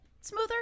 smoother